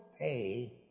pay